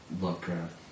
Lovecraft